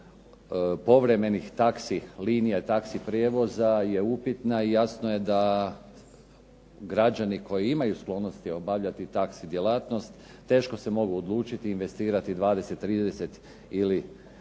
povremenih taxi linija i taxi prijevoza je upitna i jasno da građani koji imaju sklonosti obavljati taxi djelatnost teško se mogu odlučiti investirati 20, 30 ili